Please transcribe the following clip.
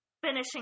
finishing